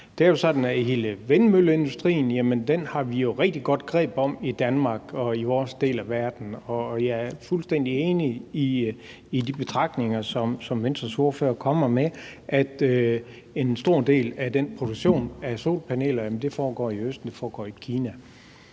vindmølleindustrien i Danmark og i vores del af verden, og jeg er fuldstændig enig i de betragtninger, som Venstres ordfører kommer med, i forhold til at en stor del af produktionen af solpaneler foregår i Østen, det